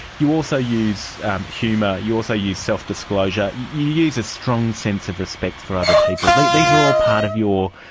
you also use um humour, you also use self-disclosure. you use a strong sense of respect for other people. these are all part of your,